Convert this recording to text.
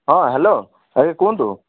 ହଁ ହ୍ୟାଲୋ ଆଜ୍ଞା କୁହନ୍ତୁ